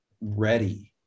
ready